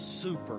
super